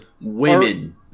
Women